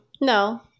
No